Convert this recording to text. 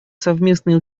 совместные